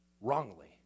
wrongly